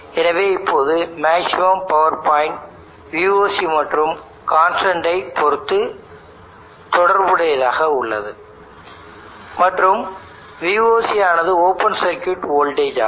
எனவே இப்போது maximum power point Voc மற்றும் கான்ஸ்டன்டை பொருத்து தொடர்புடையதாக உள்ளது மற்றும் Voc ஆனது ஓபன் சர்க்யூட் வோல்டேஜ் ஆகும்